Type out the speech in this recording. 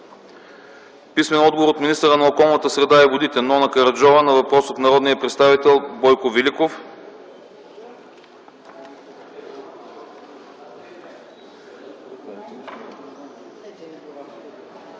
Плугчиева; - от министъра на околната среда и водите Нона Караджова на въпрос от народния представител Бойко Великов;